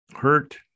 hurt